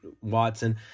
Watson